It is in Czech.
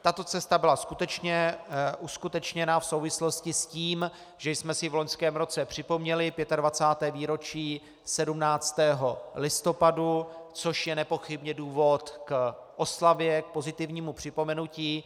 Tato cesta byla skutečně uskutečněna v souvislosti s tím, že jsme si v loňském roce připomněli 25. výročí 17. listopadu, což je nepochybně důvod k oslavě, k pozitivnímu připomenutí.